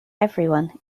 everyone